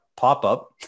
pop-up